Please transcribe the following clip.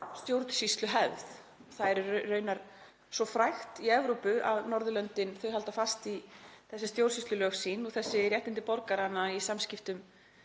stjórnsýsluhefð. Það er raunar frægt í Evrópu að Norðurlöndin halda fast í þessi stjórnsýslulög sín og þessi réttindi borgaranna í samskiptum